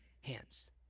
hands